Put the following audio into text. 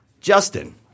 Justin